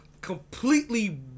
completely